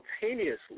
simultaneously